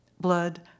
Blood